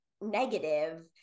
negative